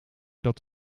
dat